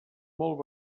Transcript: molt